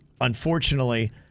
Unfortunately